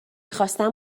خواستم